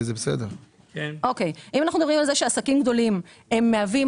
אם אנחנו מדברים על זה שעסקים גדולים מהווים